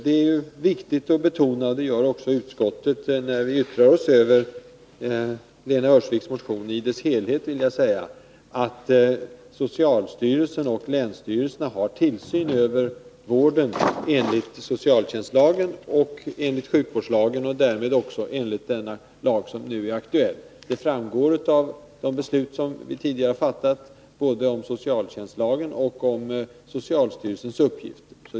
Det är viktigt att betona, vilket också utskottet gör när det yttrar sig över Lena Öhrsviks motion, att socialstyrelsen och länsstyrelserna har tillsyn över vården enligt socialtjänstlagen och sjukvårdslagen och därmed också enligt den lag som nu är aktuell. Det framgår av de beslut som vi tidigare har fattat både om socialtjänstlagen och om socialstyrelsens uppgifter.